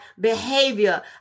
behavior